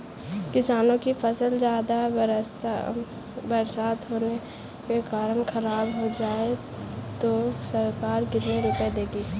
किसानों की फसल ज्यादा बरसात होने के कारण खराब हो जाए तो सरकार कितने रुपये देती है?